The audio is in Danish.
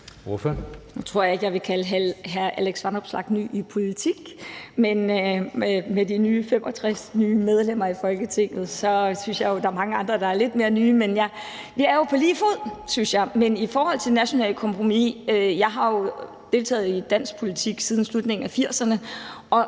Nu tror jeg ikke, jeg vil kalde hr. Alex Vanopslagh ny i politik, for med de 65 nye medlemmer i Folketinget synes jeg, der jo er mange andre, der er lidt mere nye. Men vi er jo på lige fod, synes jeg. Men i forhold til det nationale kompromis vil jeg sige, at jeg jo har deltaget i dansk politik siden slutningen af 1980'erne,